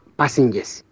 passengers